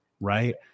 right